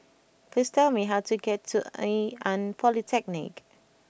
please tell me how to get to Ngee Ann Polytechnic